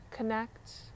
Connect